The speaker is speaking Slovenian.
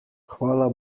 hvala